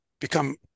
Become